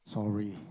Sorry